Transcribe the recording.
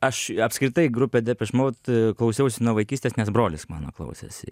aš apskritai grupę depeche mode klausiausi nuo vaikystės nes brolis mano klausėsi